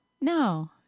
No